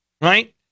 right